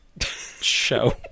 show